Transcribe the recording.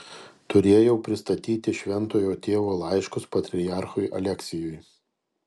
turėjau pristatyti šventojo tėvo laiškus patriarchui aleksijui